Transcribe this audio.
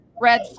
Red